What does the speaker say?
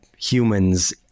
humans